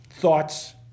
Thoughts